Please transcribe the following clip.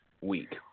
week